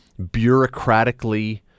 bureaucratically